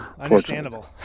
understandable